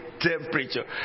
temperature